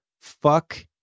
fuck